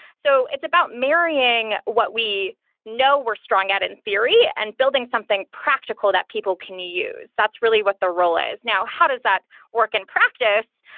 so it's about marrying what we know we're strong at in theory and building something practical that people can use. that's really what the role is. now, how does that work in practice?